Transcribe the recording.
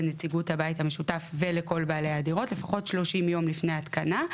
לנציגות הבית המשותף ולכל בעלי הדירות לפחות 30 יום לפני ההתקנה.